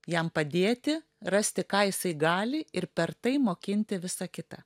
jam padėti rasti ką jisai gali ir per tai mokinti visa kita